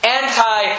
anti